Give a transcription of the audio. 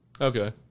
Okay